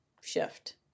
shift